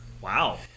Wow